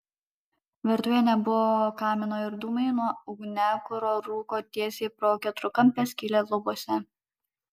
virtuvėje nebuvo kamino ir dūmai nuo ugniakuro rūko tiesiai pro keturkampę skylę lubose